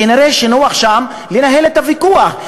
כנראה נוח שם לנהל את הוויכוח,